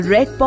Red